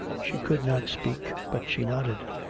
she could not speak, but she nodded.